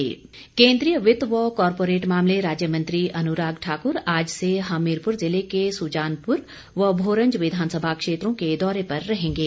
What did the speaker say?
अनुराग ठाकुर केंद्रीय वित्त व कॉरपोरेट मामले राज्य मंत्री अनुराग ठाकुर आज से हमीरपुर जिले के सुजानपुर व भोरंज विधानसभा क्षेत्रों के दौरे पर रहेंगे